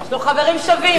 יש לו חברים שווים.